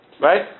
Right